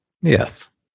Yes